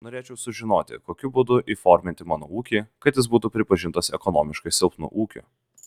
norėčiau sužinoti kokiu būdu įforminti mano ūkį kad jis būtų pripažintas ekonomiškai silpnu ūkiu